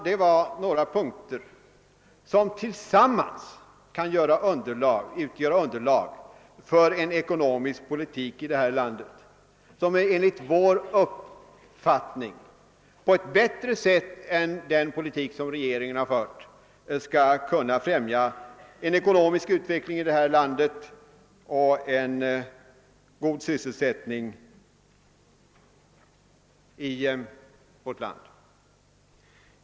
Det var några punkter som tillsammans kan utgöra underlag för en ekonomisk politik som enligt vår uppfattning på ett bättre sätt än den politik som regeringen har fört skall kunna främja en ekonomisk utveckling och en god sysselsättning i vårt land.